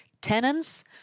tenants